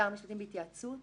שר המשפטים בהתייעצות?